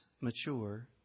mature